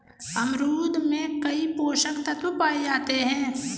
अमरूद में कई पोषक तत्व पाए जाते हैं